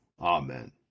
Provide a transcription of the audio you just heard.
Amen